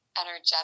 energetic